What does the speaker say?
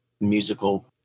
musical